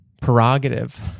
prerogative